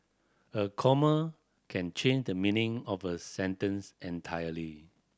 a comma can change the meaning of a sentence entirely